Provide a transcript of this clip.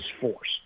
force